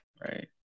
right